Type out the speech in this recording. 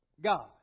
God